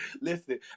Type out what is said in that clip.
Listen